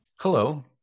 Hello